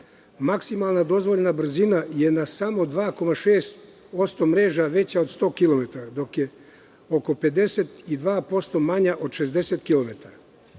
Maksimalna dozvoljena brzina je na samo 2,6% mreža veća od 100 kilometara, dok je oko 52% manja od 60